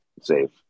safe